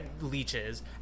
leeches